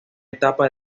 etapa